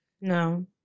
No